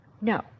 No